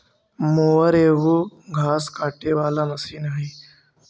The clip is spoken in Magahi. मोअर एगो घास काटे वाला मशीन हई